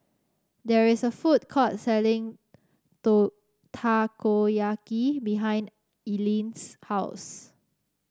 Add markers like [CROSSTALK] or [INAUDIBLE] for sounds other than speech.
there is a food court selling [UNINTELLIGIBLE] Takoyaki behind Ilene's house